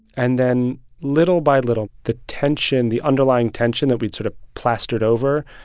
and then little by little, the tension, the underlying tension that we'd sort of plastered over,